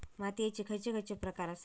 मातीयेचे खैचे खैचे प्रकार आसत?